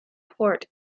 port